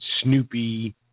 snoopy